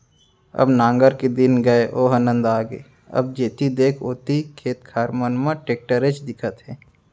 अब नांगर के दिन गय ओहर नंदा गे अब जेती देख ओती खेत खार मन म टेक्टरेच दिखत हे